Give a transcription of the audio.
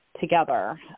together